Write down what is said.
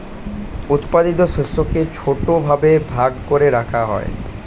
উৎপাদিত শস্যকে ছোট ছোট ভাবে ভাগ করে রাখা হয়